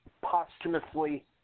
posthumously